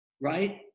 right